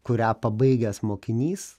kurią pabaigęs mokinys